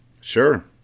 Sure